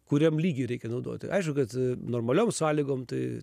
kuriam lygy reikia naudoti aišku kad normaliom sąlygom tai